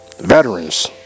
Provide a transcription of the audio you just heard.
Veterans